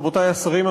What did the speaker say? רבותי השרים,